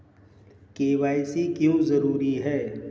KYC क्यों जरूरी है?